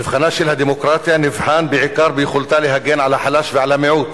מבחנה של הדמוקרטיה נבחן בעיקר ביכולתה להן על החלש ועל המיעוט